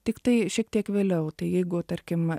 tiktai šiek tiek vėliau tai jeigu tarkim